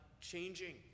changing